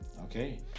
Okay